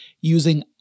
using